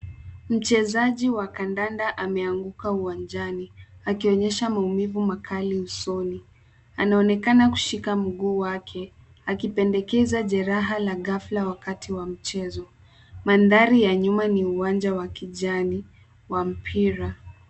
Mchezaji wa kandanda ameanguka uwanjani akionyesha maumivu makali usoni anaonekana kushika mguu wake akipendekeza jeraha la ghafla wakati wa mchezo. Mandhari ya nyuma ni uwanja wa kijani wa mpira.